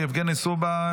יבגני סובה,